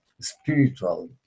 spiritual